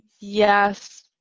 yes